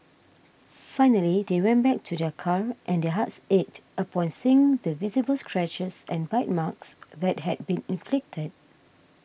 finally they went back to their car and their hearts ached upon seeing the visible scratches and bite marks that had been inflicted